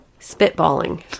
spitballing